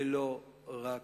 ולא רק